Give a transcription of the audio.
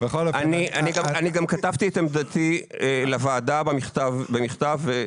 אני גם כתבתי את עמדתי לוועדה במכתב.